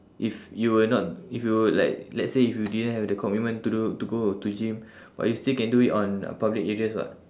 if you were not if you were like let's say if you didn't have the commitment to do to go to gym but you still can do it on public areas what